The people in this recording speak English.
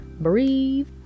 Breathe